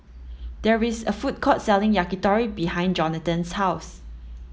there is a food court selling Yakitori behind Jonathan's house